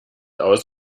aus